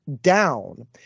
down